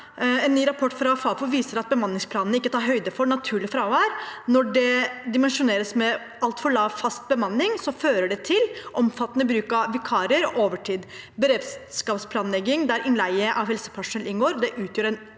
En ny rapport fra Fafo viser at bemanningsplanene ikke tar høyde for naturlig fravær. Når det dimensjoneres med altfor lav fast bemanning, fører det til omfattende bruk av vikarer og overtid. Beredskapsplanlegging der innleie av helsepersonell inngår, utgjør en